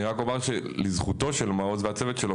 אני רק אומר שלזכותו של מעוז והצוות שלו,